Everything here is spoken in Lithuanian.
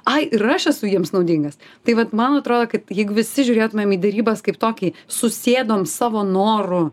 ai ir aš esu jiems naudingas tai vat man atrodo kad jeigu visi žiūrėtumėm į derybas kaip tokį susėdom savo noru